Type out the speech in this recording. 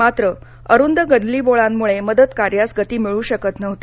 मात्र अरुंद गल्लीबोळांमुळे मदत कार्यास गती मिळू शकत नव्हती